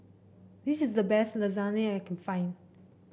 this is the best Lasagna that I can find